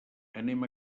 anem